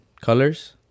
colors